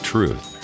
Truth